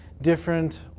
different